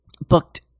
booked